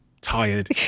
tired